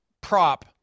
prop